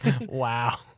Wow